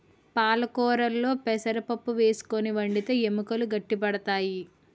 పాలకొరాకుల్లో పెసరపప్పు వేసుకుని వండితే ఎముకలు గట్టి పడతాయి